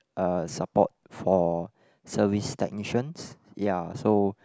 uh support for service technicians ya so